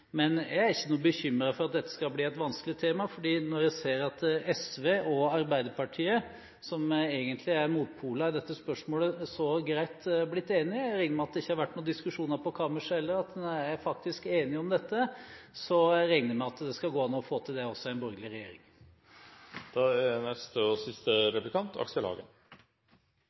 Men jeg er ikke noe bekymret for at dette skal bli et vanskelig tema, for når jeg ser at SV og Arbeiderpartiet, som egentlig er motpoler i dette spørsmålet, så greit er blitt enige – jeg regner med at det ikke har vært noe diskusjon på kammerset heller, man er faktisk enig om dette – så regner jeg med at det skal gå an å få til det også i en borgerlig regjering. Ros og et spørsmål. Rosen går på dette: Representanten åpnet med at det er